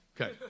Okay